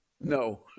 No